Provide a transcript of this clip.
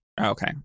Okay